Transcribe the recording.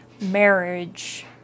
marriage